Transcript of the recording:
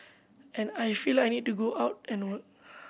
and I feel I need to go out and work